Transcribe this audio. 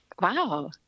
wow